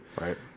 Right